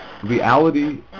Reality